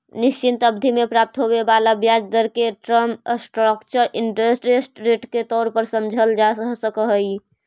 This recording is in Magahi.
निश्चित अवधि में प्राप्त होवे वाला ब्याज दर के टर्म स्ट्रक्चर इंटरेस्ट रेट के तौर पर समझल जा सकऽ हई